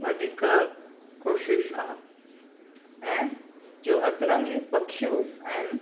वधीक कोशिशि आहे ऐं जो अतरंगी पखियूं आहिनि